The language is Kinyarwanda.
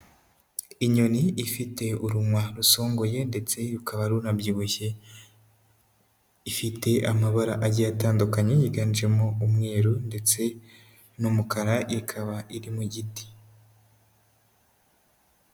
Inyoni ifite urunwa rusongoye ndetse rukaba runabyibushye, ifite amabara agiye atandukanye yiganjemo umweru ndetse n'umukara, ikaba iri mu giti.